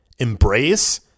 embrace